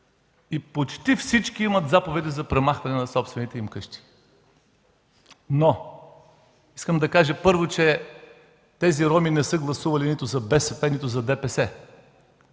и почти всички имат заповеди за премахване на собствените им къщи. Първо, искам да кажа, че тези роми не са гласували нито за БСП, нито за ДПС.